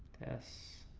s